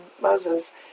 Moses